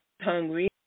hungry